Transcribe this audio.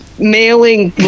mailing